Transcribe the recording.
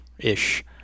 ish